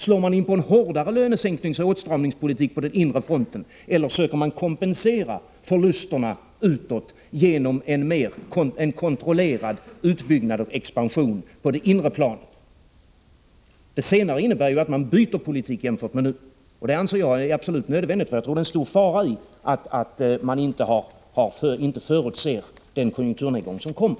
Slår man in på en hårdare lönesänkningsoch åtstramningspolitik på den inre fronten, eller söker man kompensera förlusterna utåt genom en kontrollerad utbyggnad och expansion på det inre , planet? Det senare innebär ju att man byter politik i förhållande till den som förs nu, och det anser jag vara absolut nödvändigt, för jag tror det ligger en stor fara i att man inte förutser den konjunkturnedgång som kommer.